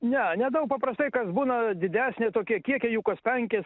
ne nedaug paprastai kas būna didesnė tokie kiekiai jų kas penkis